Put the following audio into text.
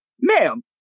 ma'am